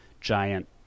giant